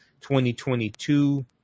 2022